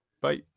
bye